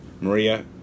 Maria